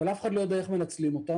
אבל אף אחד לא יודע איך מנצלים אותם